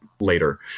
later